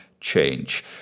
change